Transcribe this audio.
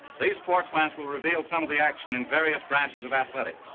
these sports slants will reveal some of the action in various branches of athletics.